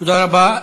תודה רבה.